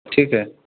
ٹھیک ہے